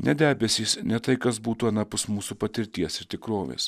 ne debesys ne tai kas būtų anapus mūsų patirties ir tikrovės